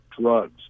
drugs